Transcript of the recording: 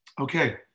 okay